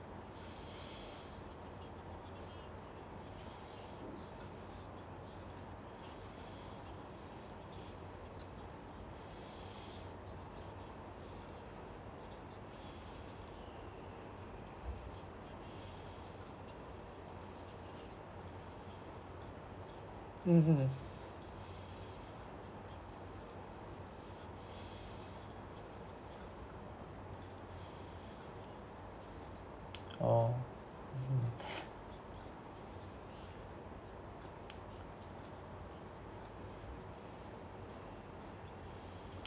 mmhmm oh mm